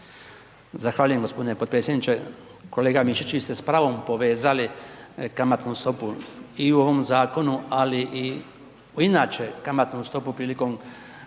Zahvaljujem gospodine potpredsjedniče, kolega Mišić vi ste s pravom povezali kamatnu stopu i u ovom zakonu, ali i inače kamatnu stopu prilikom